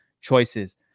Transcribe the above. choices